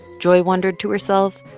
joy wondered to herself,